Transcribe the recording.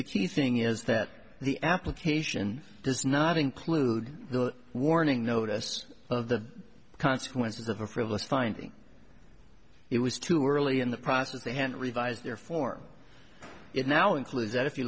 the key thing is that the application does not include the warning notice of the consequences of a frivolous finding it was too early in the process they had to revise their form it now includes that if you